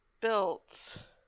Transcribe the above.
built